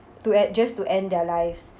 to en~ just to end their lives